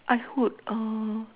I would uh